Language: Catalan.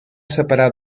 separar